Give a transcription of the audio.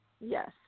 Yes